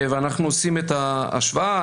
ואנחנו עושים את ההשוואה.